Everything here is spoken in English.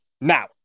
now